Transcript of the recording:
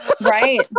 Right